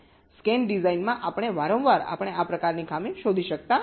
scan ડિઝાઈનમાં આપણે વારંવાર આપણે આ પ્રકારની ખામી શોધી શકતા નથી